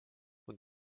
und